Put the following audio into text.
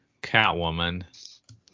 Catwoman